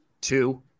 Two